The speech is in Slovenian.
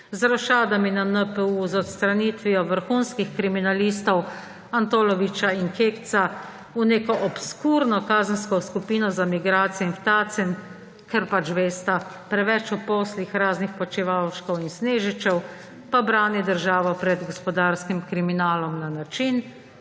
z rošadami na NPU, z odstranitvijo vrhunskih kriminalistov Antoloviča in Kekca v neko obskurno kazensko skupino za migracije in v Tacen − ker pač vesta preveč o poslih raznih Počivalškov in Snežičev −, pa brani državo pred gospodarskim kriminalom na način,